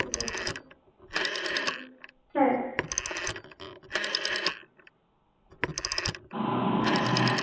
ঠিক আছে হুম হ্যাঁ